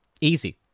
Easy